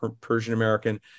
Persian-American